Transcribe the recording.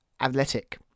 athletic